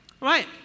Right